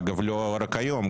אגב לא רק היום,